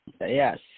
yes